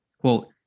quote